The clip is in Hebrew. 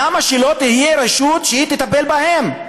למה שלא תהיה רשות שתטפל בהם?